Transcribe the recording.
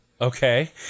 Okay